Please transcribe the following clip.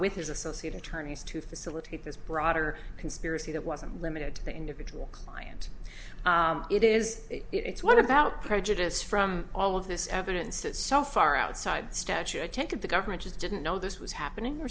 with his associate attorneys to facilitate this broader conspiracy that wasn't limited to the individual client it is it's what about prejudice from all of this evidence that so far outside statut tenth of the government just didn't know this was happening or